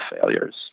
failures